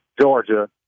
Georgia